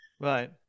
Right